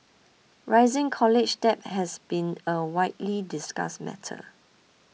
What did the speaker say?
rising college debt has been a widely discussed matter